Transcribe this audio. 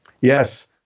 Yes